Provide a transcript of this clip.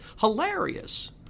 hilarious